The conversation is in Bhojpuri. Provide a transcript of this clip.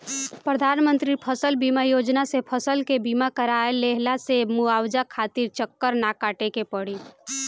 प्रधानमंत्री फसल बीमा योजना से फसल के बीमा कराए लेहला से मुआवजा खातिर चक्कर ना काटे के पड़ी